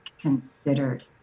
considered